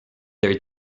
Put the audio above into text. their